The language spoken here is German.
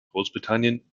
großbritannien